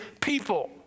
people